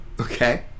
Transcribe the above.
Okay